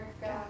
God